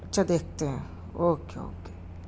اچھا دیکھتے ہیں اوکے اوکے